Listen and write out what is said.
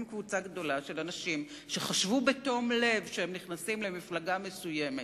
קבוצה גדולה של אנשים שחשבו בתום לב שהם נכנסים למפלגה מסוימת,